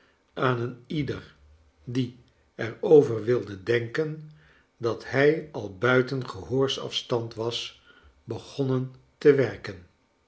aan een iedcr die er over wilde denken dat hij al buiten gehoorsafstand was begonnen te werken